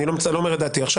אני לא אומר את דעתי עכשיו,